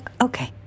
okay